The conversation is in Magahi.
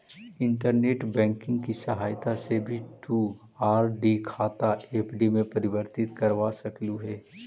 इंटरनेट बैंकिंग की सहायता से भी तु आर.डी खाता एफ.डी में परिवर्तित करवा सकलू हे